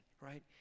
right